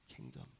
kingdom